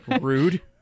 Rude